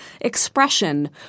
expression